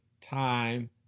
time